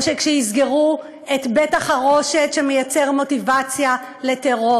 או כשיסגרו את בית-החרושת שמייצר מוטיבציה לטרור,